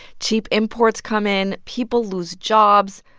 cheap imports come in. people lose jobs.